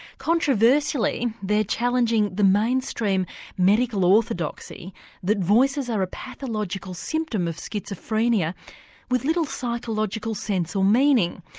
controversially they're challenging the mainstream medical orthodoxy that voices are a pathological symptom of schizophrenia with little psychological sense or meaning.